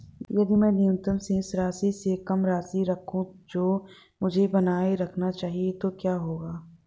यदि मैं न्यूनतम शेष राशि से कम राशि रखूं जो मुझे बनाए रखना चाहिए तो क्या होगा?